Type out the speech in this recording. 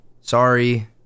sorry